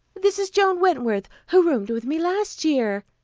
this is joan wentworth, who roomed with me last year.